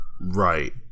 Right